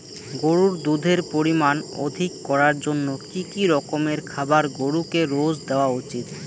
গরুর দুধের পরিমান অধিক করার জন্য কি কি রকমের খাবার গরুকে রোজ দেওয়া উচিৎ?